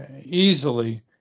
easily